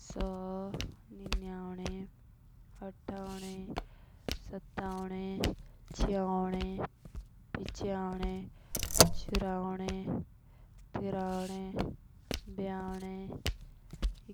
सोह, निनवाने ,अथनवे, सतानवे, चियानबे, पिचानबे, चुरानबे, तिरानबे, बेवानबे,